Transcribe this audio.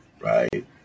right